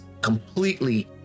completely